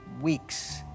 weeks